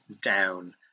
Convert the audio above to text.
down